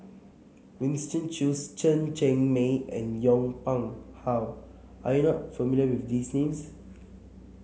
Winston Choos Chen Cheng Mei and Yong Pung How are you not familiar with these names